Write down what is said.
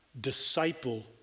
Disciple